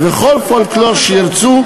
וכל פולקלור שירצו,